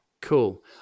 Cool